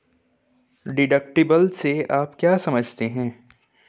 Deductible से आप क्या समझते हैं?